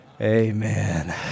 Amen